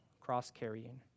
cross-carrying